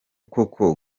koko